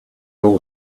all